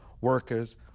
workers